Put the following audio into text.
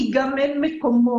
כי גם אין מקומות,